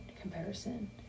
comparison